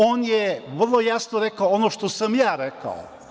On je vrlo jasno rekao ono što sam ja rekao.